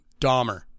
Dahmer